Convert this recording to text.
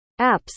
Apps